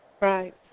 right